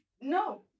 no